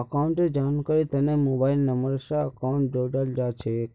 अकाउंटेर जानकारीर तने मोबाइल नम्बर स अकाउंटक जोडाल जा छेक